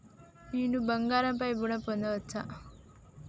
నేను బంగారం పై ఋణం పొందచ్చా?